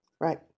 Right